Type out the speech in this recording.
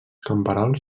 camperols